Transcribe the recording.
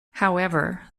however